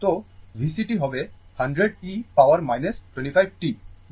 তোVCt হবে 100 e পাওয়ার 25 t volt t 0 থেকে বেশি